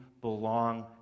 belong